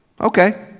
Okay